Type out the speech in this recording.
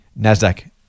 NASDAQ